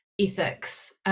ethics